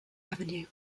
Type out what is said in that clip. avenue